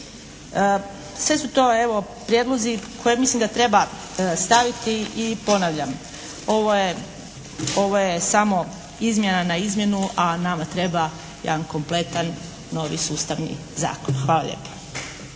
Sve su to evo prijedlozi koje mislim da treba staviti i ponavljam. Ovo je, ovo je samo izmjena na izmjenu, a nama treba jedan kompletan novi sustavni zakon. Hvala lijepa.